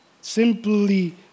Simply